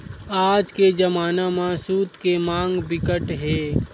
आज के जमाना म सूत के मांग बिकट हे